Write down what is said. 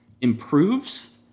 improves